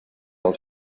del